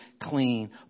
clean